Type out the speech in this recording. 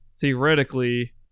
Theoretically